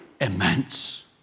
Immense